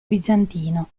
bizantino